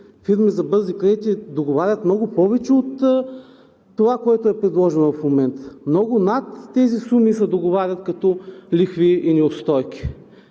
фирми за бързи кредити договарят много повече от това, което е предложено в момента? Много над тези суми се договарят като лихви и неустойки.